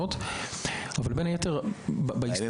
ובין היתר בעיסוק